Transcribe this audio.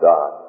God